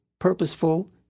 purposeful